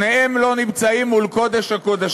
שניהם לא נמצאים מול קודש-הקודשים.